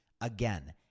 Again